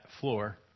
floor